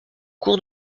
cours